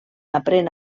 aprèn